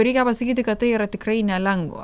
reikia pasakyti kad tai yra tikrai nelengva